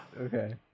okay